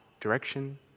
direction